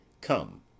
Come